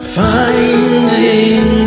finding